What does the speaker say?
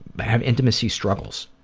but have intimacy struggles.